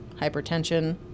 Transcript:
hypertension